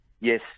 yes